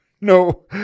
no